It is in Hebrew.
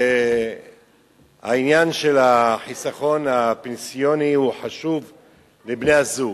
והעניין של החיסכון הפנסיוני הוא חשוב לבני-הזוג,